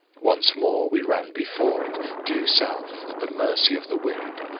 once more we ran before it, due south, at the mercy of the wind.